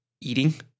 eating